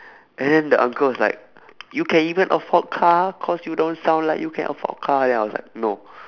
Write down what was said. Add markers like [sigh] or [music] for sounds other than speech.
[breath] and then the uncle was like you can even afford car cause you don't sound like you can afford car then I was like no [breath]